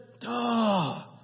duh